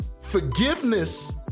forgiveness